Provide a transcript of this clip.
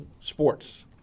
Sports